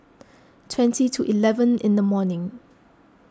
twenty to eleven in the morning